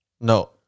No